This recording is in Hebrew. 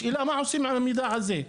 השאלה מה עושים עם המידע הזה.